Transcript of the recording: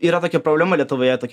yra tokia problema lietuvoje tokia